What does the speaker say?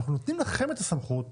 אנחנו נותנים לכם את הסמכות,